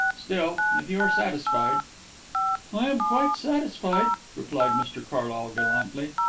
still, if you are satisfied i am quite satisfied, replied mr carlyle gallantly.